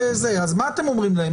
אז מה אתם אומרים להם?